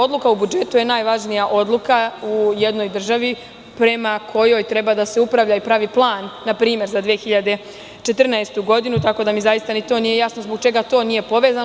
Odluka o budžetu je najvažnija odluka u jednoj državi prema kojoj treba da se upravlja i pravi plan npr. za 2014. godinu, tako da mi zaista ni to nije jasno zbog čega to nije povezano.